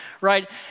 right